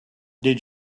did